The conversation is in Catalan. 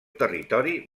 territori